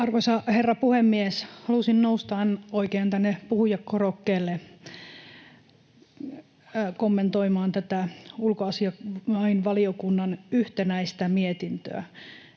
Arvoisa herra puhemies! Halusin nousta oikein tänne puhujakorokkeelle kommentoimaan tätä ulkoasiainvaliokunnan yhtenäistä mietintöä